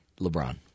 LeBron